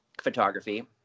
photography